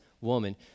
woman